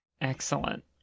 Excellent